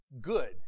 good